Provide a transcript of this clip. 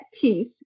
peace